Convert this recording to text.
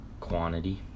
quantity